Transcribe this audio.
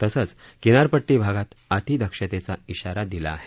तसंच किनारपट्टी भागात अतिदक्षतेचा इशारा दिला आहे